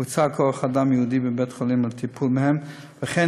הוקצה כוח-אדם ייעודי בבית-החולים לטיפול בהם וכן